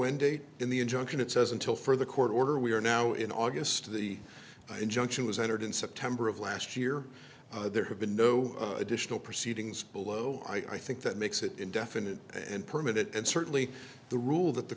end date in the injunction it says until for the court order we are now in august the injunction was entered in september of last year there have been no additional proceedings below i think that makes it indefinite and permit it and certainly the rule that the